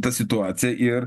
tą situaciją ir